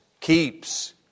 keeps